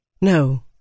No